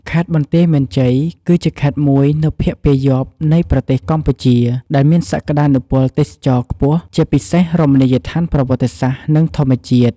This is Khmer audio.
ខេត្តបន្ទាយមានជ័យ គឺជាខេត្តមួយនៅភាគពាយព្យនៃប្រទេសកម្ពុជា ដែលមានសក្ដានុពលទេសចរណ៍ខ្ពស់ ជាពិសេសរមណីយដ្ឋានប្រវត្តិសាស្ត្រ និងធម្មជាតិ។